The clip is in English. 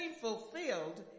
fulfilled